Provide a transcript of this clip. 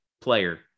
player